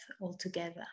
altogether